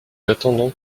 attendons